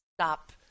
stop